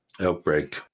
outbreak